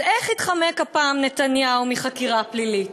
אז איך התחמק הפעם נתניהו מחקירה פלילית?